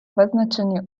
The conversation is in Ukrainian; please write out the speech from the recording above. визначені